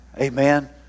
amen